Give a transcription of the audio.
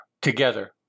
together